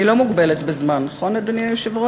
אני לא מוגבלת בזמן, נכון, אדוני היושב-ראש?